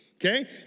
Okay